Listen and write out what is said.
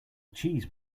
cheese